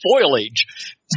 foliage